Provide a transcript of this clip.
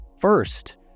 first